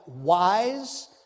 wise